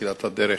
בתחילת הדרך,